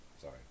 Sorry